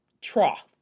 trough